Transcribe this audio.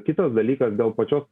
kitas dalykas dėl pačios